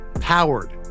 powered